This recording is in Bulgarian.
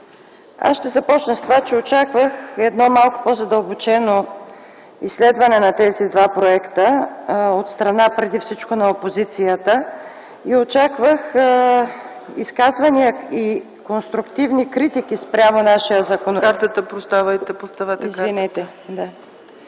Аз ще започна с това, че очаквах едно малко по-задълбочено изследване на тези два проекта от страна преди всичко на опозицията и очаквах изказвания и конструктивни критики спрямо нашия законопроект, защото ние не се